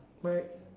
but I